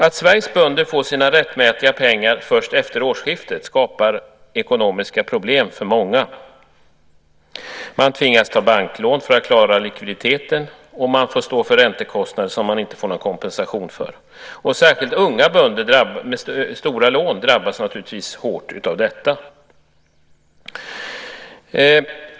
Att Sveriges bönder får sina rättmätiga pengar först efter årsskiftet skapar ekonomiska problem för många. Man tvingas ta banklån för att klara likviditeten, och man får stå för räntekostnader som man inte får någon kompensation för. Särskilt unga bönder med stora lån drabbas naturligtvis hårt av detta.